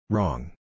Wrong